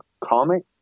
Comic